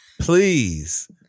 please